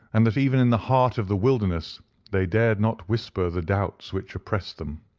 and that even in the heart of the wilderness they dared not whisper the doubts which oppressed them.